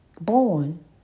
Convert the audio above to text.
Born